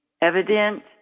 evident